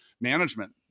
management